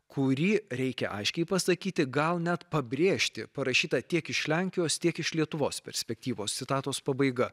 kuri reikia aiškiai pasakyti gal net pabrėžti parašyta tiek iš lenkijos tiek iš lietuvos perspektyvos citatos pabaiga